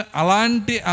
alanti